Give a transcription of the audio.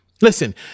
Listen